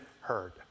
heard